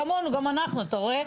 כמונו, גם אנחנו, אתה רואה?